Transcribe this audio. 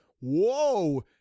whoa